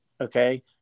okay